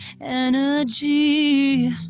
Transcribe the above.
energy